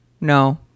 no